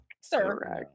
sir